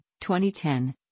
2010